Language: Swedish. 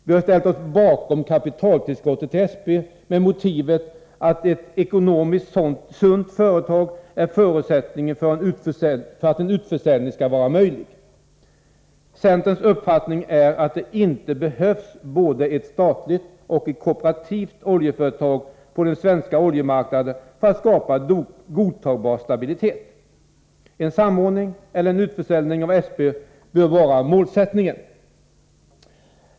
Vi har ställt oss bakom kapitaltillskottet till SP med motivet att ett ”ekonomiskt sunt företag” är förutsättningen för att en utförsäljning skall vara möjlig. Centerns uppfattning är att det inte behövs både ett statligt och ett kooperativt oljeföretag på den svenska oljemarknaden för att skapa godtagbar stabilitet. En samordning eller en utförsäljning av SP bör vara målsättningen.